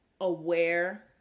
aware